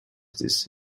this